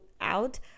out